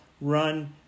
Run